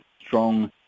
strong